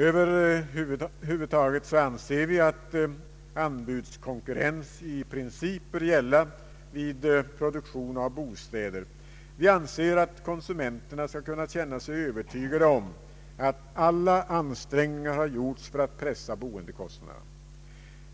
Över huvud taget anser vi att anbudskonkurrens i princip bör gälla vid produktion av bostäder. Vi menar att konsumenterna skall kunna känna sig övertygade om att alla ansträngningar har gjorts för att pressa boendekostnaderna.